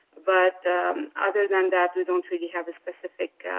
but other than that we don't really have a specific